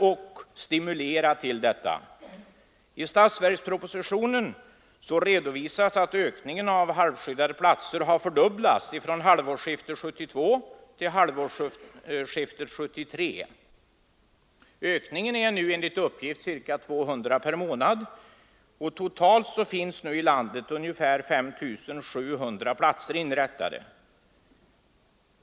I statsverkspropositionen redovisas att ökningen av halvskyddade platser har fördubblats från halvårsskiftet 1972 till halvårsskiftet 1973. Ökningen är enligt uppgift ca 200 platser per månad, och totalt finns nu ungefär 5 700 platser inrättade i landet.